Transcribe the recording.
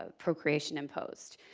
ah procreation imposed.